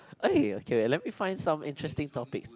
eh okay let me find some interesting topics